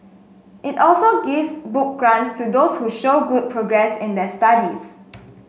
it also gives book grants to those who show good progress in their studies